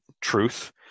truth